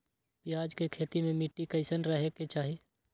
प्याज के खेती मे मिट्टी कैसन रहे के चाही?